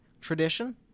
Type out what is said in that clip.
tradition